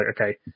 okay